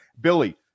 Billy